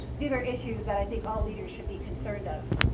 these are issues that i think all leaders should be concerned of.